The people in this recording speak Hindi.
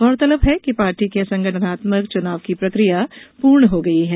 गौरतलब है कि पार्टी के संगठनात्मक चुनाव की प्रकिया पूर्ण हो गयी है